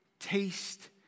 Taste